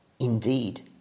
indeed